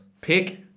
Pick